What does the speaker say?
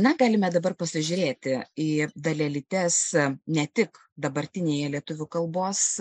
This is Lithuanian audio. na galime dabar pasižiūrėti į dalelytes ne tik dabartinėje lietuvių kalbos